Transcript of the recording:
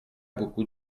beaucoup